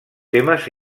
temes